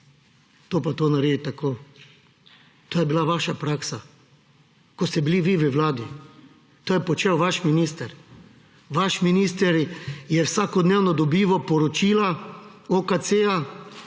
to in to naredi tako. To je bila vaša praksa, ko ste bili vi v vladi. To je počel vaš minister. Vaš minister je vsakodnevno dobival poročila OKC-ja,